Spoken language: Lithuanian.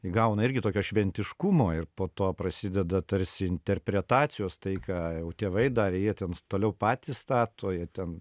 įgauna irgi tokio šventiškumo ir po to prasideda tarsi interpretacijos tai ką jau tėvai davė jie ten toliau patys stato jie ten